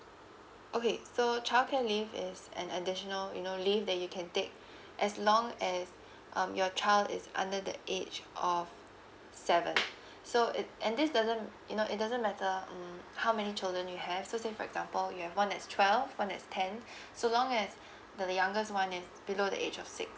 okay so childcare leave is an additional you know leave that you can take as long as um your child is under the age of seven so it and this doesn't you know it doesn't matter um how many children you have so say for example you have one that's twelve one that's ten so long as the youngest one is below the age of six